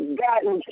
gotten